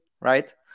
right